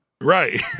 Right